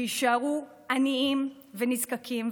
שיישארו עניים ונזקקים,